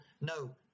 no